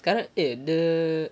kadang eh the